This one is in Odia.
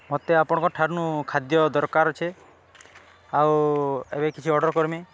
ଏ ଆପଣଙ୍କଠାରୁନୁ ଖାଦ୍ୟ ଦର୍କାର୍ ଅଛେ ଆଉ ଏବେ କିଛି ଅର୍ଡ଼ର୍ କର୍ମି